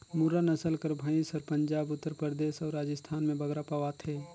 मुर्रा नसल कर भंइस हर पंजाब, उत्तर परदेस अउ राजिस्थान में बगरा पवाथे